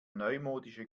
neumodische